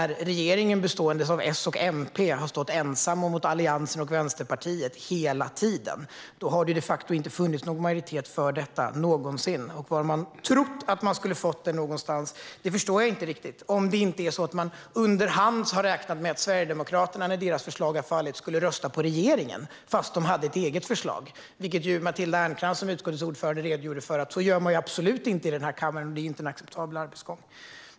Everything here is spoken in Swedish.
Regeringen, bestående av S och MP, har ju stått ensamma mot Alliansen och Vänsterpartiet hela tiden. Då har det de facto aldrig någonsin funnits någon majoritet för detta. Jag förstår inte riktigt var man har trott att man skulle få en majoritet någonstans, om man inte under hand har räknat med att Sverigedemokraterna när deras förslag har fallit skulle rösta på regeringens förslag trots att de alltså hade ett eget förslag. Men Matilda Ernkrans, som är utskottets ordförande, redogjorde för att man absolut inte gör så i den här kammaren och att det inte är en acceptabel arbetsgång.